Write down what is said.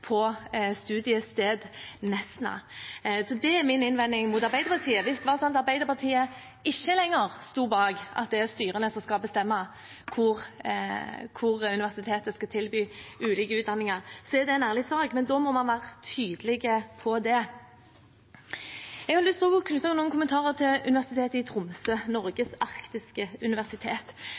så tydelig på studiested Nesna. Det er min innvending mot Arbeiderpartiet. Hvis det er slik at Arbeiderpartiet ikke lenger står bak at det er styrene som skal bestemme hvor universitetet skal tilby ulike utdanninger, er det en ærlig sak, men da må man være tydelig på det. Jeg har også lyst til å knytte noen kommentarer til Universitetet i Tromsø, Norges arktiske universitet.